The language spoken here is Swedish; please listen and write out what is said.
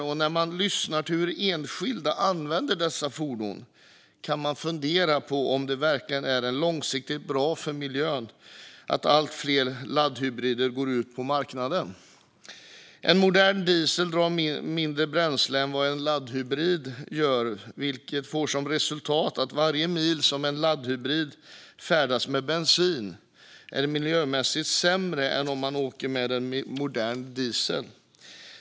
Och när man lyssnar på hur enskilda använder dessa fordon kan man fundera på om det verkligen är långsiktigt bra för miljön att allt fler laddhybrider går ut på marknaden. En modern dieselbil drar mindre bränsle än vad en laddhybrid gör, vilket får som resultat att varje mil som en laddhybrid färdas med bensin är miljömässigt sämre än om man åker med en modern dieselbil.